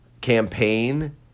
campaign